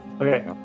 okay